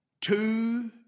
Two